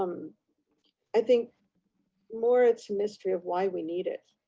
um i think more it's mystery of why we need it.